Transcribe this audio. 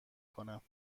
کنم